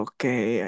Okay